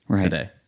today